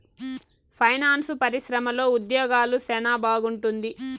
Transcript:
finance పరిశ్రమలో ఉద్యోగాలు సెనా బాగుంటుంది